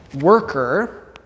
worker